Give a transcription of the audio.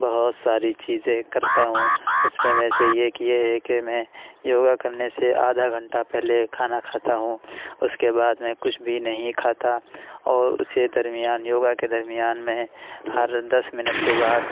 بہت ساری چیزیں کرتا ہوں اُس پہ میں سے ایک یہ ہے کہ میں یوگا کرنے سے آدھا گھنٹہ پہلے کھانا کھاتا ہوں اُس کے بعد میں کچھ بھی نہیں کھاتا اور اُسی درمیان یوگا کے درمیان میں ہر دس منٹ کے بعد